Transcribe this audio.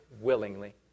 willingly